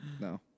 No